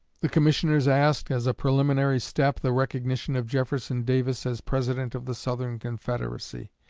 the commissioners asked, as a preliminary step, the recognition of jefferson davis as president of the southern confederacy.